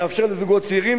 יאפשר לזוגות צעירים,